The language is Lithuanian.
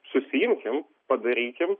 susiimkim padarykim